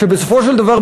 שבסופו של דבר,